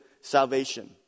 salvation